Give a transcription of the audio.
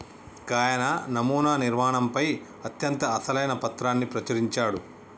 గాయన నమునా నిర్మాణంపై అత్యంత అసలైన పత్రాన్ని ప్రచురించాడు